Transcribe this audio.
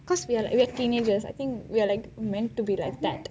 cause we are like we are teenagers I think we are like meant to be like that